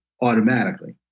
automatically